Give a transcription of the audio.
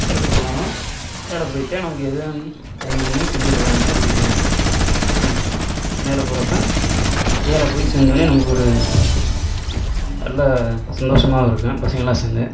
எடுத்துகிட்டு போனாலும் மேலே போய்த்தான் நமக்கு எதுவும் தண்ணிர் கிண்ணி குடிக்கிறதாக இருந்தாலும் குடிக்கணும் மேலே போகிறப்ப மேலே போய் சேந்தோடனே நமக்கு ஒரு நல்லா சந்தோஷமாகவும் இருக்கும் பசங்கெல்லாம் சேர்ந்து